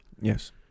Yes